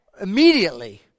immediately